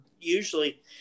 usually